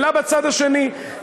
אלא בצד האחר.